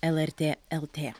lrt lt